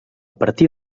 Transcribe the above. partir